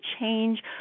change